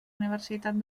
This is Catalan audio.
universitat